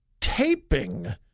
taping